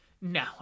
no